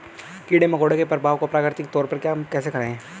कीड़े मकोड़ों के प्रभाव को प्राकृतिक तौर पर कम कैसे करें?